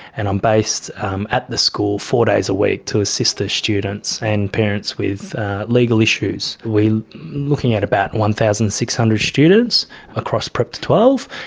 and i'm based um at the school four days a week to assist the students and parents with legal issues, looking at about one thousand six hundred students across prep to twelve.